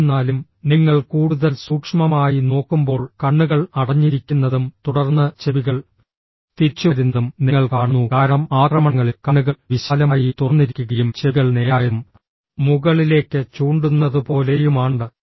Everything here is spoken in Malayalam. എന്നിരുന്നാലും നിങ്ങൾ കൂടുതൽ സൂക്ഷ്മമായി നോക്കുമ്പോൾ കണ്ണുകൾ അടഞ്ഞിരിക്കുന്നതും തുടർന്ന് ചെവികൾ തിരിച്ചുവരുന്നതും നിങ്ങൾ കാണുന്നു കാരണം ആക്രമണങ്ങളിൽ കണ്ണുകൾ വിശാലമായി തുറന്നിരിക്കുകയും ചെവികൾ നേരായതും മുകളിലേക്ക് ചൂണ്ടുന്നതുപോലെയുമാണ്